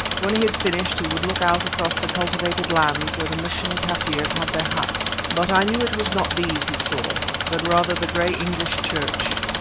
when he had finished he would look out across the cultivated lands where the mission kaffirs had their huts. but i knew it was not these he saw, but rather the grey english church,